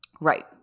Right